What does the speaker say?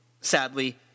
Sadly